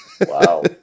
Wow